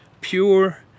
Pure